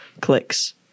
clicks